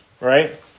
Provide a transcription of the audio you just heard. right